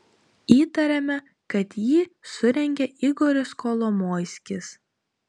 įtariame kad jį surengė igoris kolomoiskis